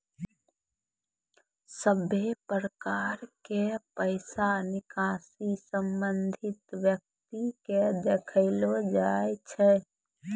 सभे प्रकार के पैसा निकासी संबंधित व्यक्ति के देखैलो जाय छै